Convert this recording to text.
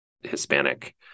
Hispanic